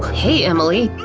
hey, emily!